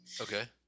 Okay